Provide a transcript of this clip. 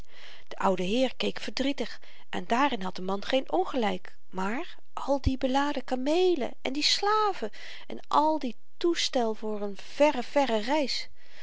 de oudeheer keek verdrietig en daarin had de man geen ongelyk maar al die beladen kameelen en die slaven en al die toestel voor n verre verre reis